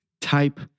type